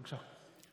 בבקשה.